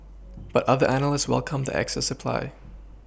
but other analysts welcomed the excess supply